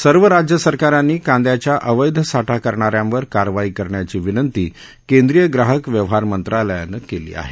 सर्व राज्य सरकारांनी कांद्याच्या अवैध साठा करणाऱ्यांवर कारवाई करण्याची विनंती केंद्रीय ग्राहक व्यवहार मंत्रालयानं केली आहे